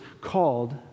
called